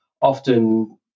often